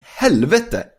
helvete